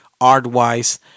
art-wise